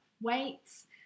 weights